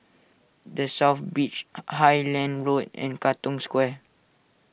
the South Beach Highland Road and Katong Square